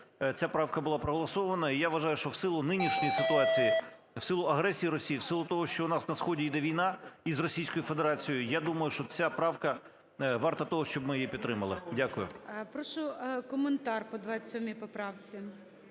ця правка була проголосована. І я вважаю, що в силу нинішньої ситуації, в силу агресії Росії, в силу того, що у нас на сході йде війна із Російською Федерацією, я думаю, що ця правка варта того, щоб ми її підтримали. Дякую. ГОЛОВУЮЧИЙ. Прошу коментар по 27 поправці.